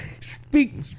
speak